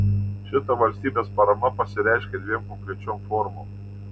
šita valstybės parama pasireiškia dviem konkrečiom formom